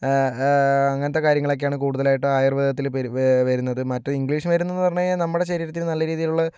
അങ്ങനത്തെ കാര്യങ്ങളൊക്കെയാണ് കൂടുതലായിട്ടും ആയുർവേദത്തിൽ വരുന്നത് മറ്റേത് ഇംഗ്ലീഷ് മരുന്നെന്ന് പറഞ്ഞു കഴിഞ്ഞാൽ നമ്മുടെ ശരീരത്തിനു നല്ല രീതിയിലുള്ള